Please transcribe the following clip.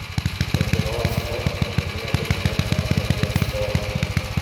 kardinolas koch paminėjo dokumentą apie diasporą